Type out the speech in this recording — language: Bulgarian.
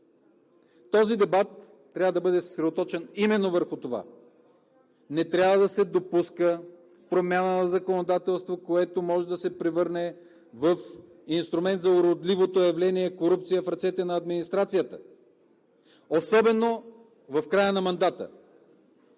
Този дебат трябва да бъде съсредоточен именно върху това – не трябва да се допуска промяна в законодателство, което може да се превърне в инструмент за уродливото явление „корупция“ в ръцете на администрацията, особено в края на мандата!